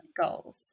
goals